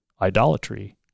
idolatry